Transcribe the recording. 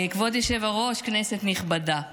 כבוד היושב-ראש, כנסת נכבדה,